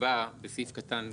נקבע בסעיף קטן (ג)